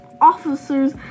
officers